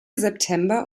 september